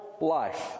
life